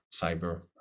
cyber